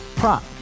prop